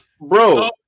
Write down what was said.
Bro